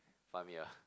find me a